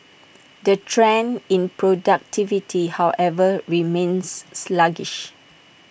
the trend in productivity however remains sluggish